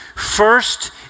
First